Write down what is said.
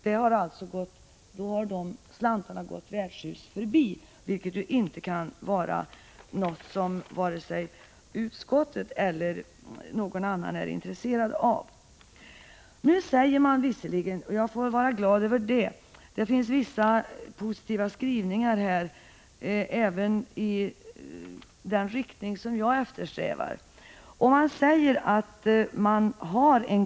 Då har dessa slantar gått värdshus förbi, vilket varken utskottet eller någon annan är intresserad av. Det finns vissa positiva skrivningar i betänkandet även i den riktning som jag eftersträvar, och jag får väl vara glad över det.